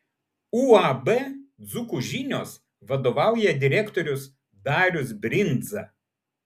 uab dzūkų žinios vadovauja direktorius darius brindza